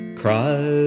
cry